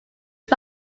his